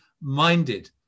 minded